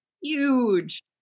huge